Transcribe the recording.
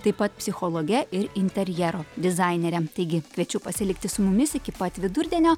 taip pat psichologe ir interjero dizainere taigi kviečiu pasilikti su mumis iki pat vidurdienio